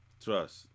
Trust